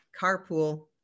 carpool